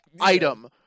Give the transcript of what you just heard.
item